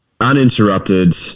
uninterrupted